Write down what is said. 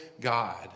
God